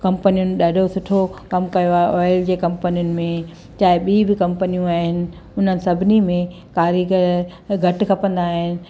कंपनियुनि ॾाढो सुठो कमु कयो आहे ऑयल जी कंपनियुनि में चाहे ॿीं बि कंपनियूं आहिनि उन्हनि सभिनी में कारीगर घटि खपंदा आहिनि